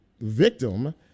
victim